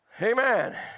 Amen